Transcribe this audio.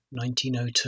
1902